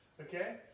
Okay